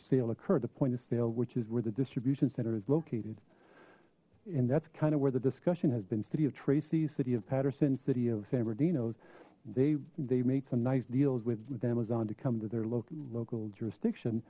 sale occurred the point of sale which is where the distribution center is located and that's kind of where the discussion has been city of tracy city of paterson city of san bernardino's they they made some nice deals with amazon to come to their local local jurisdiction